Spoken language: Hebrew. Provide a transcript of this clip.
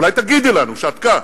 אולי תגידי לנו כשאת כאן.